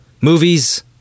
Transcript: movies